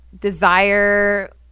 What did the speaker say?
desire